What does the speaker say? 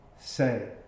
say